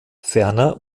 ferner